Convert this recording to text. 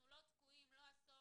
אנחנו לא תקועים לא עשור,